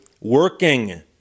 working